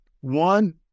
One